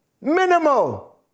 minimal